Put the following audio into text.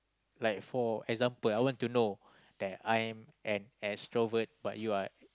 like four example I want to know that I am an extrovert but you are an